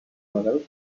label